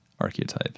archetype